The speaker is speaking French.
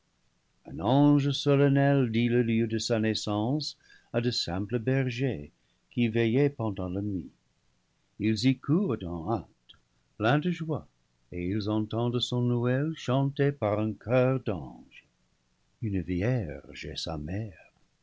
un ange solennel dit le lieu de sa naissance à de simples bergers qui veillaient pendant la nuit ils y courent en hâte pleins de joie et ils entendent son noël chanté par un choeur d'anges une vierge est sa mère